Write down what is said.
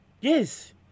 Yes